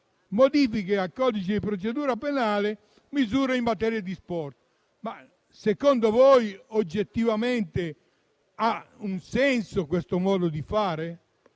modifiche al codice di procedura penale e misure in materia di sport. Ma secondo voi, oggettivamente, ha un senso questo modo di fare?